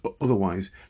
otherwise